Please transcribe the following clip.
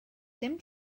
dim